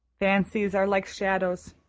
fancies are like shadows.